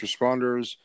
responders